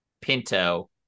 Pinto